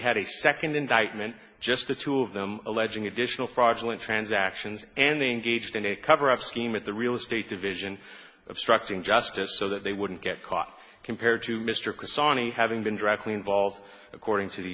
had a second indictment just the two of them alleging additional fraudulent transactions and they engaged in a cover up scheme at the real estate division of structuring justice so that they wouldn't get caught compared to mr casady having been directly involved according to the